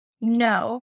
No